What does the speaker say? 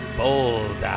bold